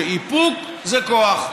שאיפוק זה כוח.